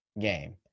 game